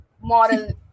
moral